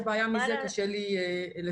זה הרבה יותר מתאים,